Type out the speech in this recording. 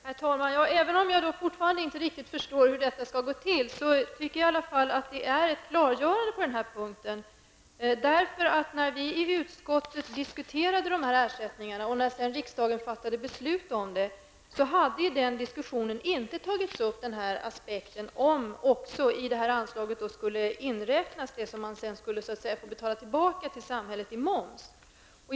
Herr talman! Även om jag fortfarande inte riktigt förstår hur detta skall gå till tycker jag ändå att det var ett klargörande. När vi i utskottet diskuterade dessa ersättningar, som riksdagen sedan fattade beslut om, togs inte den här aspekten upp, dvs. om man i det här anslaget skulle inräkna det som man sedan så att säga skulle få betala tillbaka till samhället i moms.